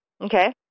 Okay